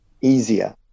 easier